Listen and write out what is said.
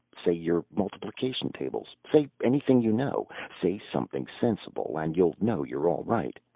say your multiplication tables. say anything you know. say something sensible and you'll know you're all right.